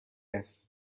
است